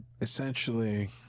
essentially